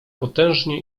potężnie